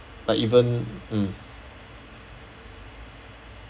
like even mm